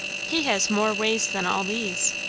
he has more ways than all these,